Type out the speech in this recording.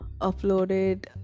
uploaded